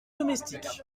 domestique